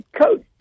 Coach